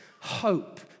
Hope